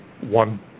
one